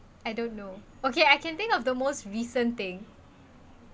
I don't know okay I can think of the most recent thing